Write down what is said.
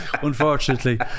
unfortunately